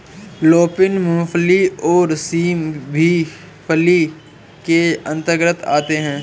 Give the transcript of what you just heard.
lupin, मूंगफली और सेम भी फली के अंतर्गत आते हैं